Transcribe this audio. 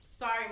Sorry